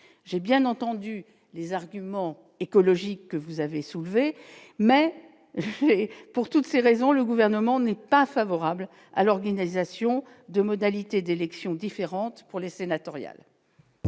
j'ai bien entendu les arguments écologiques que vous avez soulevé, mais pour toutes ces raisons, le gouvernement n'est pas favorable à l'organisation de modalités d'élection différentes pour les sénatoriales.